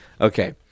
Okay